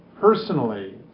personally